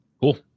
Cool